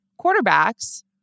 quarterbacks